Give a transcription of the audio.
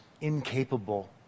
incapable